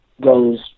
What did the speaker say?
goes